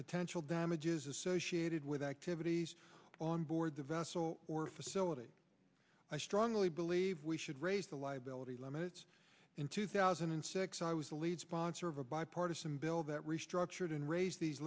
potential damages associated with activities on board the vessel or facility i strongly believe we should raise the liability limits in two thousand and six i was the lead sponsor of a bipartisan bill that restructured and raised these